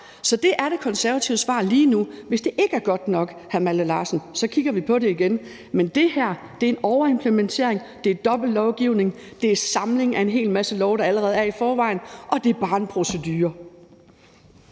Så det er det konservative svar lige nu. Hvis det ikke er godt nok, hr. Malte Larsen, kigger vi på det igen. Men det her er en overimplementering, det er dobbelt lovgivning, det er samling af en hel masse love, der allerede er der i forvejen, og det er bare en procedure.